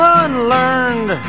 unlearned